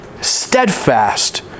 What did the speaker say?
steadfast